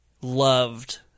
loved